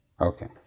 Okay